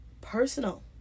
personal